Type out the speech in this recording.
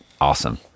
Awesome